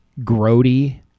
grody